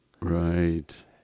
Right